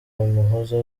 umuhoza